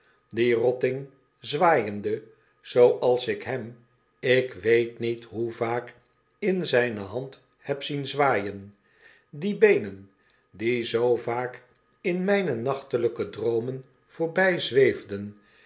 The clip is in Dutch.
die rotting zwaaiende zooals ik hem ik weet niet hoe vaak in zijne hand heb zien zwaaien die beenen die zoo vaak in myne nachtelyke droomen